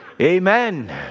Amen